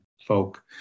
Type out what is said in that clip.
folk